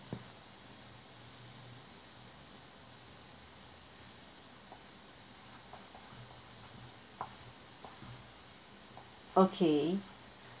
okay